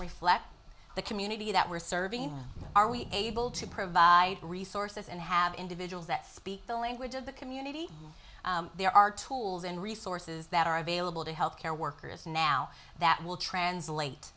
reflect the community that we're serving in are we able to provide resources and have individuals that speak the language of the community there are tools and resources that are available to health care workers now that will translate